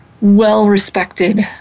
well-respected